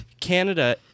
Canada